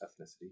ethnicity